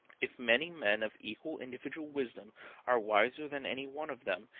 if many men of equal individual wisdom are wiser than any one of them,